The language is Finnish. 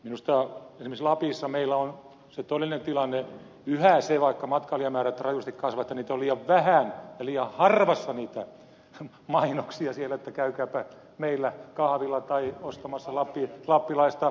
minusta esimerkiksi lapissa meillä on se todellinen tilanne yhä että vaikka matkailijamäärät rajusti kasvavat on liian vähän ja liian harvassa niitä mainoksia siellä että käykääpä meillä kahvilla tai ostamassa lappilaista alkuperäistuotetta